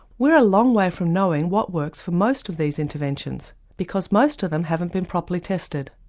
we're a long way from knowing what works for most of these interventions because most of them haven't been properly tested.